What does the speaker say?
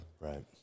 Right